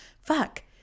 Fuck